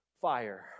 fire